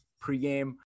pregame